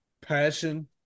passion